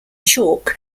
chalk